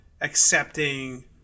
accepting